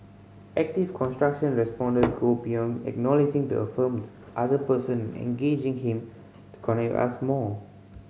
active construction responding go beyond acknowledging to affirmed the other person and engaging him to connect us more